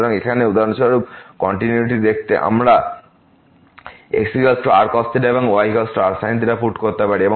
সুতরাং এখানে উদাহরণস্বরূপ কন্টিনিউয়িটি দেখতে আমরা xrcos এবং yrsin পুট করতে পারি